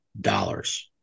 dollars